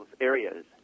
areas